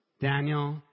Daniel